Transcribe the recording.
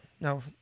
no